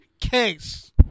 case